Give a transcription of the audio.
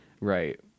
right